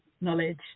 knowledge